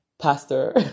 pastor